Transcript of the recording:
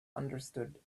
understood